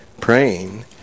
praying